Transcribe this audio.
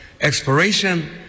exploration